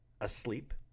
asleep